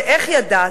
ואיך ידעת.